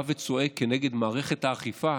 שבא וצועק כנגד מערכת האכיפה